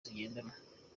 zigendanwa